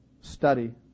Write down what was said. Study